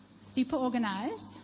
super-organized